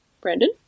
Brandon